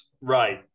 Right